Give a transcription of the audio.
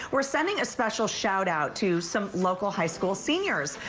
we're sending a special shoutout to some local high school seniors.